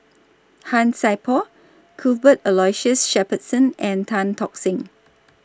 Han Sai Por Cuthbert Aloysius Shepherdson and Tan Tock Seng